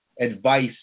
advice